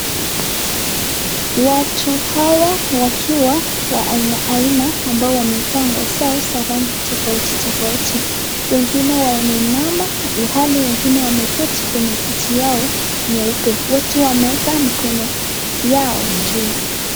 Watu hawa wakiwa wa aina aina ambao wamevaa nguo zao za rangi tofauti tofauti , wengine wameinama ilhali wengine wameketi kwenye kiti yao nyeupe, wote wameweka mikono yao juu.